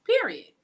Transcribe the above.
period